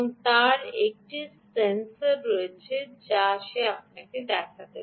তার একটি dual sensor রয়েছে যা সে আপনাকে দেখাতে পারে